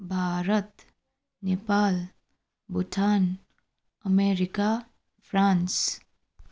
Bharat Nepal Bhutan America France